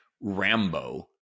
Rambo